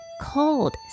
cold